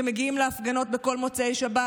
שמגיעים להפגנות בכל מוצאי שבת,